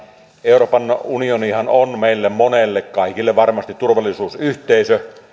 euroopan unionihan on meille monelle kaikille varmasti turvallisuusyhteisö